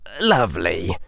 Lovely